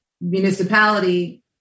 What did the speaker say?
municipality